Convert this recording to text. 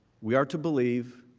we are to believe,